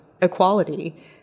equality